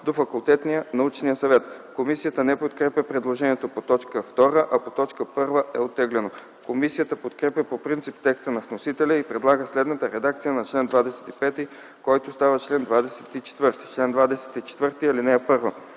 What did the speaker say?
до Факултетния (научния) съвет.” Комисията не подкрепя предложението по т. 2, а по т. 1 е оттеглено. Комисията подкрепя по принцип текста на вносителя и предлага следната редакция на чл. 25, който става чл.24: „Чл. 24. (1)